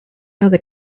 other